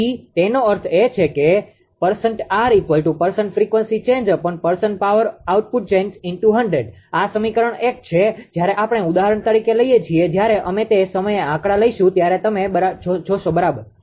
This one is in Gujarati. તેનો અર્થ એ છે કે આ સમીકરણ 1 છે જ્યારે આપણે ઉદાહરણ તરીકે લઈએ છીએ જ્યારે અમે તે સમયે આંકડા લઈશું ત્યારે તમે જોશો બરાબર